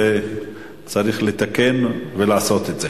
וצריך לתקן ולעשות את זה.